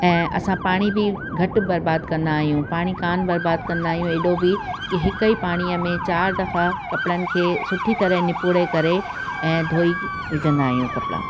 ऐं असां पाणी बि घटि बर्बाद कंदा आहियूं पाणी कोन बर्बाद कंदा आहियूं एॾो बि की हिकु ई पाणीअ में चारि दफ़ा कपिड़नि खे सुठी तरह निपुड़े करे ऐं धुई विझंदा आयूं कपिड़ा